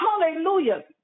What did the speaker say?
Hallelujah